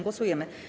Głosujemy.